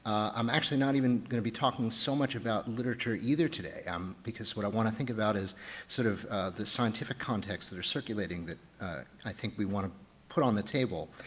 i'm actually not even gonna be talking so much about literature either today um because what i want to think about is sort of the scientific contexts that are circulating that i think we want to put on the table.